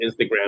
Instagram